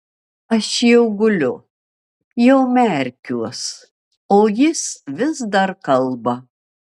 aš jau guliu jau merkiuos o jis vis dar kalba